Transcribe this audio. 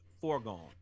foregone